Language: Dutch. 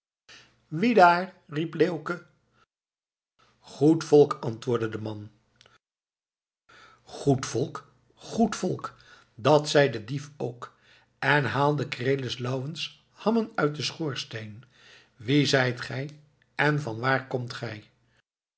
wie daar riep leeuwke goed volk antwoordde een man goed volk goed volk dat zei de dief ook en haalde krelis louwens hammen uit den schoorsteen wie zijt gij en van waar komt gij